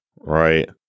Right